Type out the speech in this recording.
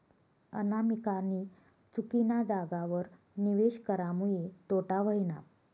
अनामिकानी चुकीना जागावर निवेश करामुये तोटा व्हयना